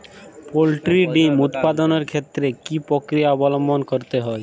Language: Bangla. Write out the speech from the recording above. পোল্ট্রি ডিম উৎপাদনের ক্ষেত্রে কি পক্রিয়া অবলম্বন করতে হয়?